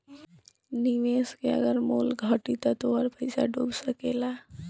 निवेश के अगर मूल्य घटी त तोहार पईसा डूब सकेला